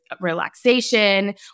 relaxation